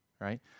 right